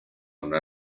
una